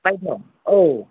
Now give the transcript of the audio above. बावदेव औ